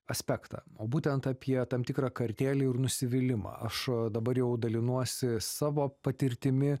aspektą o būtent apie tam tikrą kartėlį ir nusivylimą aš dabar jau dalinuosi savo patirtimi